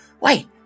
Wait